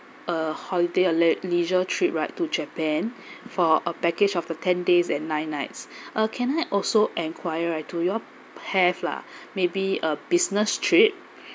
a holiday a le~ leisure trip right to japan for a package of the ten days and nine nights uh can I also enquire like do you all have lah maybe a business trip